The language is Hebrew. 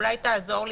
אולי תעזור לי.